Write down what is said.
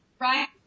Right